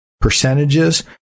percentages